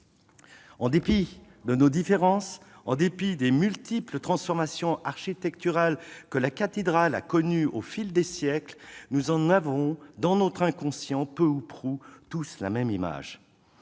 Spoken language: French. En dépit de nos différences, en dépit des multiples transformations architecturales que la cathédrale a connues au fil des siècles, nous en avons tous, dans notre inconscient, peu ou prou la même image.